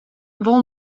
wol